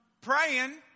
praying